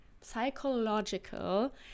psychological